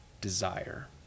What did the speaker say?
desire